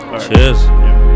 Cheers